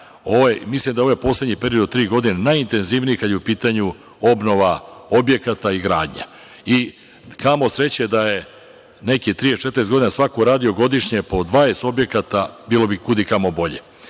mislim da je ovaj poslednji period od tri godine najintenzivniji kada je u pitanju obnova objekata i gradnja. Kamo sreće da je nekih 30, 40 godina svako radio godišnje po 20 objekata bilo bi kudi kamo bolje.U